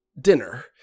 dinner